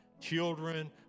children